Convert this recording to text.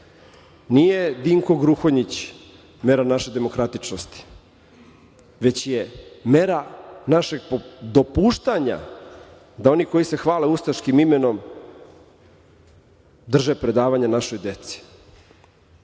Dinko Gruhonjić mera naše demokratičnosti, već je mera našeg dopuštanja da oni koji se hvale ustaškim imenom drže predavanja našoj deci.